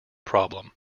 problem